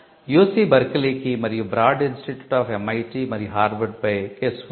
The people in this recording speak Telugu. యుసి బర్కిలీకి మరియు బ్రాడ్ ఇన్స్టిట్యూట్ ఆఫ్ MIT మరియు హార్వర్డ్ పై కేసు ఉంది